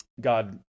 God